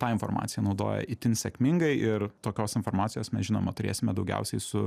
tą informaciją naudoja itin sėkmingai ir tokios informacijos mes žinoma turėsime daugiausiai su